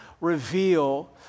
reveal